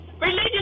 Religion